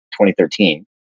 2013